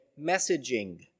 messaging